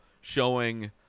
showing